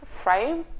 frame